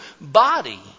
body